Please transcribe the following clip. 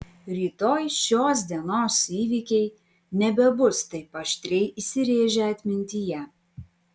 rytoj šios dienos įvykiai nebebus taip aštriai įsirėžę atmintyje